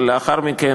אבל לאחר מכן,